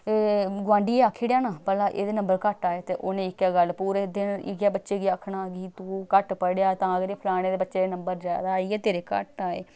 गोआंढियै आक्खी ओड़ेआ ना भला एह्दे नंबर घट्ट आए ते उ'नें इक्कै गल्ल पूरे दिन इ'यै बच्चे गी आखना कि तूं घट्ट पढ़ेआ तां करियै फलाने दे बच्चे दे नंबर जादा आई गे तेरे घट्ट आए